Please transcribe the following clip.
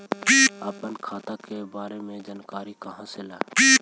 अपन खाता के बारे मे जानकारी कहा से ल?